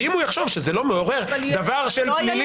ואם הוא יחשוב שזה לא מעורר דבר שבפלילים